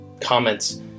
comments